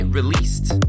released